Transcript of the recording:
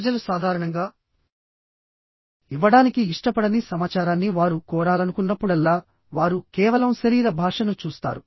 ప్రజలు సాధారణంగా ఇవ్వడానికి ఇష్టపడని సమాచారాన్ని వారు కోరాలనుకున్నప్పుడల్లావారు కేవలం శరీర భాషను చూస్తారు